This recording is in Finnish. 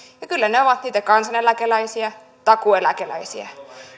kyllä ne ovat niitä kansaneläkeläisiä takuueläkeläisiä